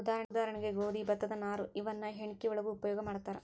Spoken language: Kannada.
ಉದಾಹರಣೆಗೆ ಗೋದಿ ಭತ್ತದ ನಾರು ಇವನ್ನ ಹೆಣಕಿ ಒಳಗು ಉಪಯೋಗಾ ಮಾಡ್ತಾರ